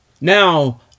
now